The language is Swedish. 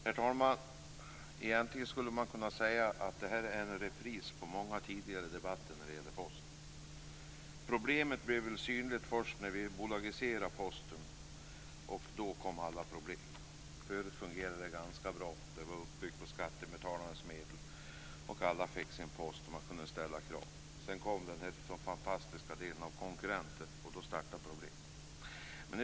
Herr talman! Egentligen skulle jag kunna säga att detta är en repris på många tidigare debatter när det gäller Posten. Problemet blev väl synligt först när vi bolagiserade Posten, och då kom alla problem. Förut fungerade det ganska bra. Posten var uppbyggd med skattebetalarnas medel, och alla fick sin post och kunde ställa krav. Sedan kom den fantastiska konkurrensen, och då startade problemen.